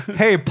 hey